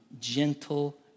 gentle